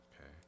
Okay